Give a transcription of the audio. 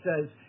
says